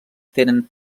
tenen